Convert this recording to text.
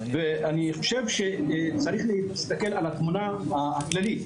אני חושב שצריך להסתכל על התמונה הכללית,